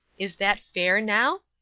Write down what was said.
is that fair, now?